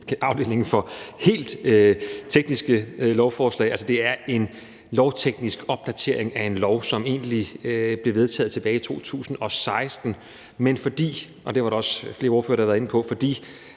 afdelingen for helt tekniske lovforslag. Det er en lovteknisk opdatering af en lov, som egentlig blev vedtaget tilbage i 2016. Men fordi, og det var der også flere ordførere, der var inde på,